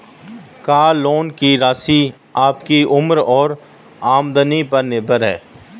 car loan की राशि आपकी उम्र और आमदनी पर निर्भर है